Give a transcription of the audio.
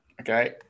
Okay